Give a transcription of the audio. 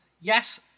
Yes